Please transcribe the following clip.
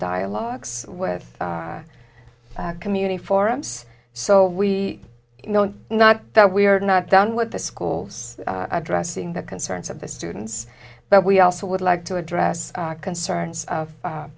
dialogues with our community forums so we know not that we are not done what the schools addressing the concerns of the students but we also would like to address concerns of